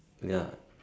ya